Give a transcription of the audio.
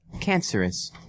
cancerous